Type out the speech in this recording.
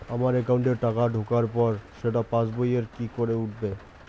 আমার একাউন্টে টাকা ঢোকার পর সেটা পাসবইয়ে কি করে উঠবে?